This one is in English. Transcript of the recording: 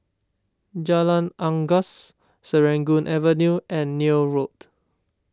Jalan Unggas Serangoon Avenue and Neil Road